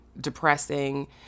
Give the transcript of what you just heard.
depressing